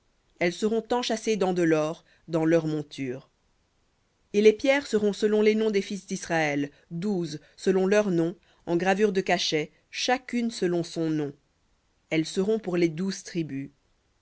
elles seront enchâssées dans de l'or dans leurs montures et les pierres seront selon les noms des fils d'israël douze selon leurs noms en gravure de cachet chacune selon son nom elles seront pour les douze tribus